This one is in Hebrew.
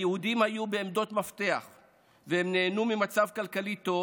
היהודים היו בעמדות מפתח והם נהנו ממצב כלכלי טוב.